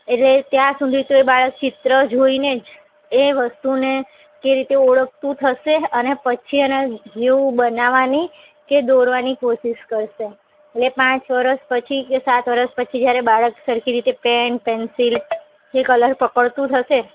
એટલે ત્યાં સુધી તો એ બાળક ચિત્ર જોઇને જ એ વસ્તુને કઈ રીતે ઓળખતું થશે અને પછી એના જેવું બનાવવાની કે દોરવાની કોશિશ કરશે અને પાંચ વર્ષ પછી કે સાત વર્ષ પછી જયારે બાળક સરખી રીતે પૅન પેન્સિલ કે કલર પકડતું થશે